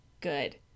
good